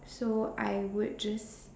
so I would just